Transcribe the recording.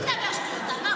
תפסיק לדבר שטויות.